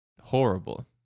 horrible